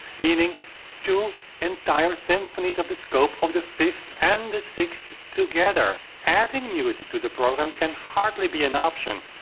meaning two entire symphonies of the scope of the fifth and the sixth together. adding music to the program can hardly be an option.